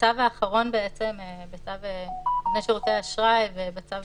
בצו האחרון, בצו נותני שירותי אשראי ובצו